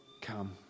come